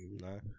No